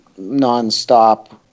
nonstop